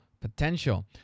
potential